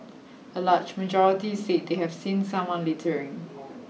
a large majority said they have seen someone littering